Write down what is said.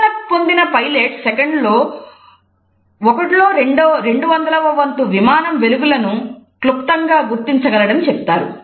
శిక్షణ పొందిన పైలట్ సెకనులో 1200 వ వంతు విమానం వెలుగులను క్లుప్తంగా గుర్తించగలడని చెబుతారు